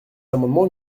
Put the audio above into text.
amendements